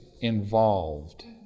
involved